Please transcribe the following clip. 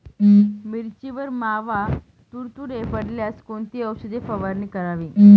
मिरचीवर मावा, तुडतुडे पडल्यास कोणती औषध फवारणी करावी?